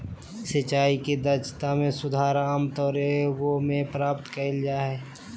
सिंचाई के दक्षता में सुधार आमतौर एगो में प्राप्त कइल जा हइ